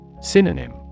Synonym